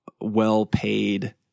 well-paid